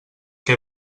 què